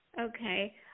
Okay